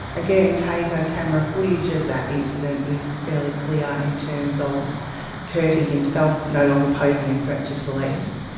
again, taser camera footage of that incident is fairly clear in terms of curti himself no longer posing a threat to police.